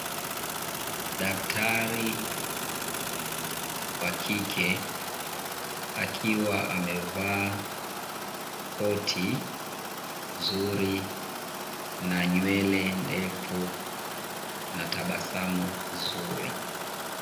Daktari wa kike akiwa amevaa koti zuri, na nywele ndefu, na tabasamu zuri.